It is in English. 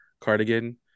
cardigan